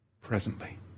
Presently